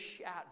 shout